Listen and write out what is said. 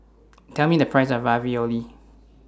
Tell Me The Price of Ravioli